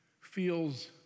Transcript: feels